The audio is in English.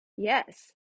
Yes